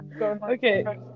Okay